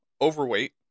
overweight